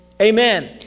Amen